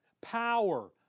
Power